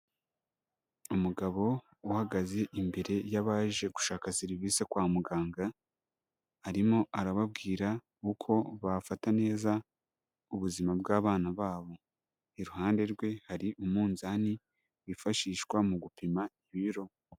Umugabo uhagaze imbere y'abaje gushaka serivise kwa muganga, arimo arababwira uko bafata neza ubuzima bw'abana babo. Iruhande rwe hari umunzani wifashishwa mu gupima ibiro.